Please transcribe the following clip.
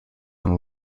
and